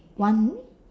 one